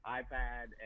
iPad